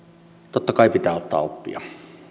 totta kai pitää ottaa oppia